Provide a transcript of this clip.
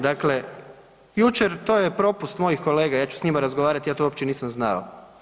Dakle, jučer to je propust mojih kolega, ja ću s njima razgovarati, ja to uopće nisam znao.